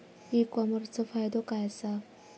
E कॉमर्सचो फायदो काय असा?